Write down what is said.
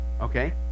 Okay